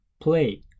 play